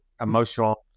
emotional